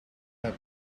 help